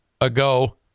ago